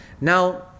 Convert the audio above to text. Now